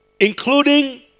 including